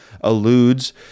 alludes